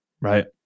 Right